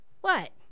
What